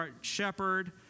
shepherd